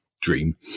Dream